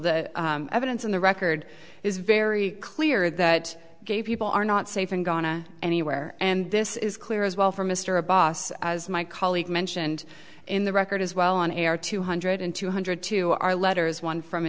the evidence in the record is very clear that gay people are not safe in going to anywhere and this is clear as well for mr abbas as my colleague mentioned in the record as well on our two hundred and two hundred two our letters one from a